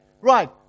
Right